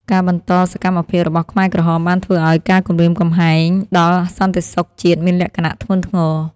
ការបន្តសកម្មភាពរបស់ខ្មែរក្រហមបានធ្វើឱ្យការគំរាមកំហែងដល់សន្តិសុខជាតិមានលក្ខណៈធ្ងន់ធ្ងរ។